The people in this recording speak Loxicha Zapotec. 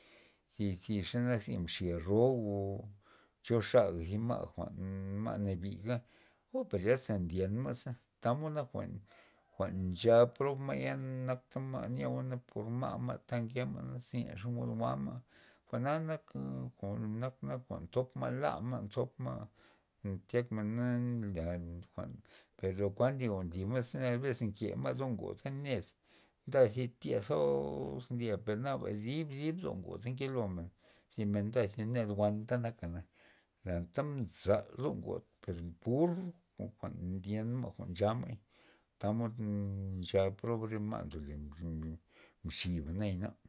Zi- zi xanak zi mxia ro o cho xaja thi ma' jwa'n ma' nabija o per zyasa ndyen ma'za tamod nak jwa'n ncha prob ma'ya, nat ma' nyeo por ma'-ma' nkeo ze na ze jwa'ma jwa'na nak jwa'n- jwa'n ntopma' lama' zopma' tyana men jwa'n nla ma' per lo kuan nli zi ma' nzo bes nke ma' do ngod re ned nda thi zya zos o jwa'n toz nlyper naba thib- rhib ndo ngoda nkelomen zi ndamne thi ned jwa'na anta maza do ngod jwa'n pur jwa'n ndyenma' yamen tamod ncha prob re ma' ndole mxiba nayana-